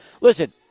Listen